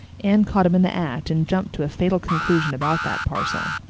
anne caught him in the act and jumped to a fatal conclusion about that parcel.